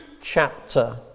chapter